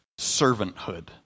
servanthood